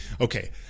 okay